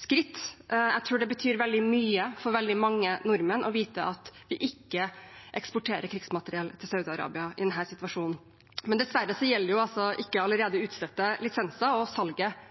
skritt. Jeg tror det betyr veldig mye for veldig mange nordmenn å vite at vi i denne situasjonen ikke eksporterer krigsmateriell til Saudi-Arabia. Men dessverre gjelder det ikke allerede utstedte lisenser, og salget